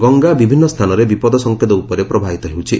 ଗଙ୍ଗା ବିଭିନ୍ନ ସ୍ଥାନରେ ବିପଦ ସଂକେତ ଉପରେ ପ୍ରବାହିତ ହେଉଛି